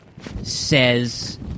says